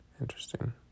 Interesting